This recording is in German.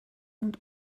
und